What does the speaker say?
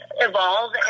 evolve